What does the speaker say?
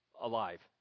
alive